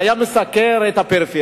הוא היה מסקר את הפריפריה.